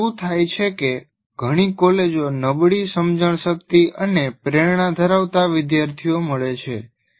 પરિણામે શું થાય છે કે ઘણી કોલેજો નબળી સમજણ શક્તિ અને પ્રેરણા ધરાવતા વિદ્યાર્થીઓ મળે છે